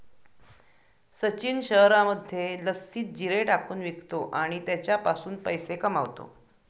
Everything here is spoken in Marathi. सचिन शहरामध्ये लस्सीत जिरे टाकून विकतो आणि त्याच्यापासून पैसे कमावतो